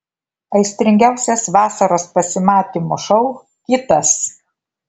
aistringiausias vasaros pasimatymų šou kitas